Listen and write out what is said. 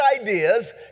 ideas